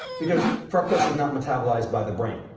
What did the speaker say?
because fructose is not metabolized by the brain,